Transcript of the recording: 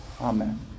Amen